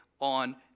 on